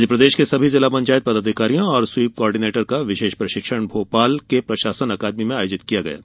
आज प्रदेश के सभी जिला पंचायत पदाधिकारियों ओर स्वीप कॉर्डिनेटर का विशेष प्रशिक्षण भोपाल के प्रशासन अकादमी में आयोजित किया जा रहा है